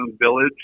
Village